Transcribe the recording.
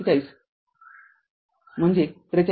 ४७ म्हणजे ४३